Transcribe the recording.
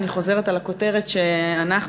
אני חוזרת על הכותרת שאנחנו,